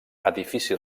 edifici